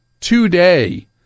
today